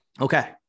okay